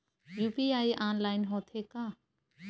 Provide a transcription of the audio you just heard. UPI online होथे का?